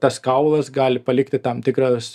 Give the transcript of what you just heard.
tas kaulas gali palikti tam tikras